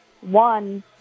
one